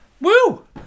Woo